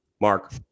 Mark